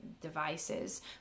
devices